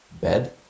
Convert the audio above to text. bed